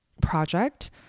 project